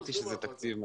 אמרתי שזה תקציב משמעותי.